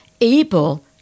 able